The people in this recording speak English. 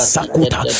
Sakuta